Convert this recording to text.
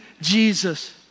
Jesus